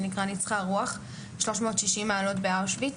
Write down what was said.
שנקרא "ניצחה הרוח 360 מעלות באושוויץ".